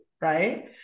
right